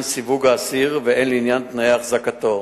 סיווג האסיר והן לעניין תנאי החזקתו.